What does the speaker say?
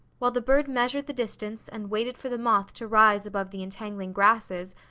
while the bird measured the distance and waited for the moth to rise above the entangling grasses,